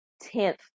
tenth